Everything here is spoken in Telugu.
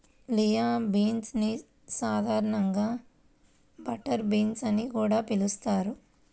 లిమా బీన్ ని సాధారణంగా బటర్ బీన్ అని కూడా పిలుస్తారు